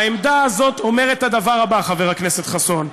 העמדה הזאת אומרת את הדבר הבא, חבר הכנסת חסון,